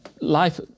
Life